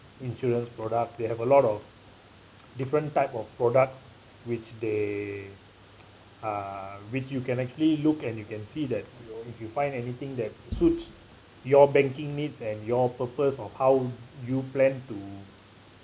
insurance products they have a lot of different type of product which they uh which you can actually look and you can see that if you find anything that suits your banking needs and your purpose of how you plan to